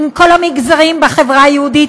עם כל המגזרים בחברה היהודית,